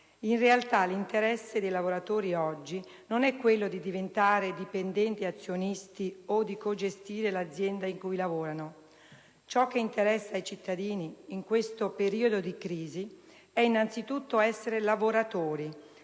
In realtà, l'interesse dei lavoratori oggi non è quello di diventare dipendenti azionisti o di cogestire l'azienda in cui lavorano; ciò che interessa i cittadini in questo periodo di crisi è innanzitutto di essere lavoratori,